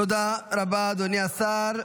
תודה רבה, אדוני השר.